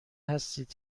هستید